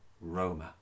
Roma